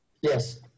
Yes